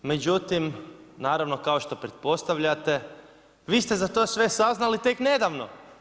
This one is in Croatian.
Međutim, naravno kao što pretpostavljate vi ste za to sve saznali tek nedavno.